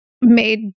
made